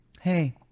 hey